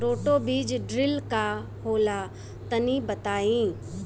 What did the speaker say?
Roto बीज drill का होला तनि बताई?